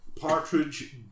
Partridge